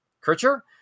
Kircher